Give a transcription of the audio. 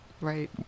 Right